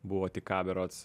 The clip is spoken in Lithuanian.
buvo tik ka berods